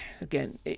again